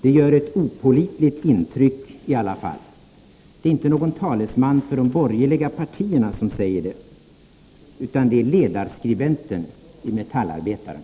Det gör ett opålitligt intryck i alla fall.” Det är inte någon talesman för de borgerliga partierna som har sagt detta, utan det är ledarskribenten i Metallarbetaren.